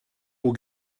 will